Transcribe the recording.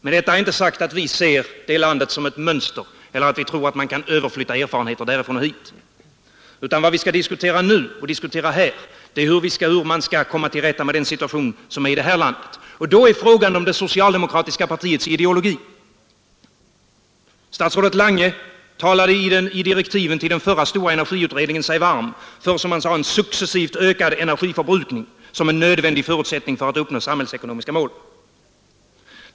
Med detta är inte sagt att vi ser det landet som ett mönster eller att vi tror att man kan överflytta erfarenheter därifrån och hit. Vad vi skall diskutera nu och här är hur vi skall komma till rätta med den situation som råder i det här landet, och då kommer man in på frågan om det socialdemokratiska partiets ideologi. Statsrådet Lange talade i direktiven till den förra stora energiutredningen sig varm för, som han sade, en successivt ökad energiförbrukning som en nödvändig förutsättning för att uppnå samhällsekonomiska mål.